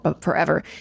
forever